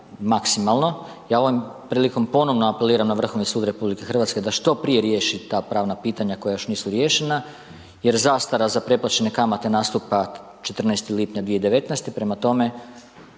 maksimalno. Ja ovom prilikom ponovno apeliram na Vrhovni sud RH da što prije riješi ta pravna pitanja koja još nisu riješena jer zastara za preplaćene kamate nastupan 14. lipnja 2019., prema tome,